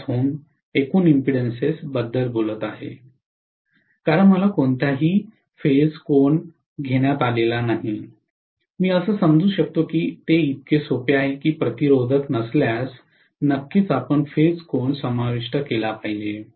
5 Ω एकूण इम्पीडेन्सस बद्दल बोलत आहे कारण मला कोणताही फेज कोन घेण्यात आलेला नाही मी असे समजू शकतो की ते इतके सोपे आहे की ते प्रतिरोधक नसल्यास नक्कीच आपण फेज कोन समाविष्ट केला पाहिजे